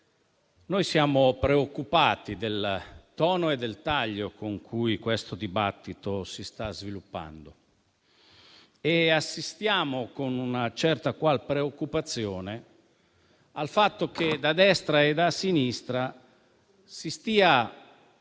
noi siamo preoccupati del tono e del taglio con cui questo dibattito si sta sviluppando. E assistiamo con una certa qual preoccupazione al fatto che da destra e da sinistra si stia